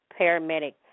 paramedic